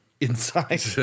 inside